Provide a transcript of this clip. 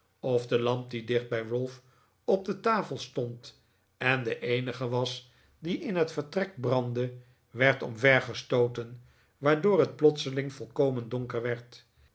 of de lamp die dicht bij ralph op de tafel stond en de eenige was die in het vertrek brandde werd omvergestooten waardoor het plotseling volkomen donker werd